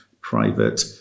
private